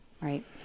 Right